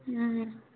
ಹ್ಞೂ